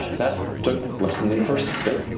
that took less than the first bit.